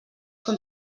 com